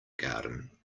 garden